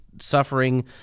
Suffering